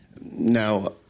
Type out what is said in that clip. Now